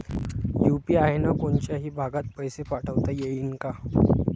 UPI न कोनच्याही भागात पैसे पाठवता येईन का?